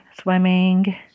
swimming